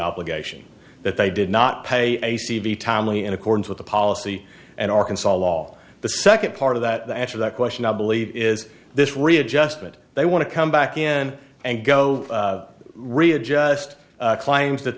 obligation that they did not pay a c v timely in accordance with the policy and arkansas law the second part of that answer that question i believe is this readjustment they want to come back in and go readjust claims that